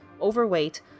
overweight